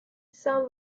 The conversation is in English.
some